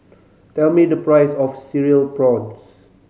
tell me the price of Cereal Prawns